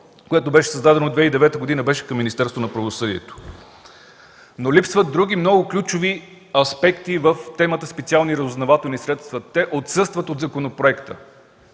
което беше създадено през 2009 г., беше към Министерството на правосъдието, но липсват други, много ключови аспекти в темата специални разузнавателни средства. Те отсъстват от законопроекта.